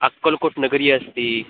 अक्कलकोटनगरी अस्ति